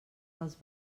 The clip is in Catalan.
dels